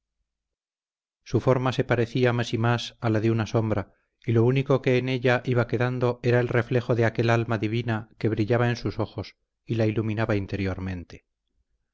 su forma se parecía más y más a la de una sombra y lo único que en ella iba quedando era el reflejo de aquel alma divina que brillaba en sus ojos y la iluminaba interiormente